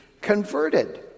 converted